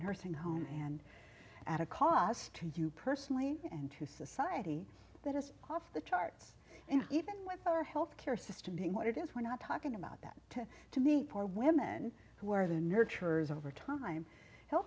nursing home and at a cost to you personally and to society that is off the charts and even with our health care system being what it is we're not talking about that to me for women who are the nurturers over time he